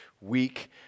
week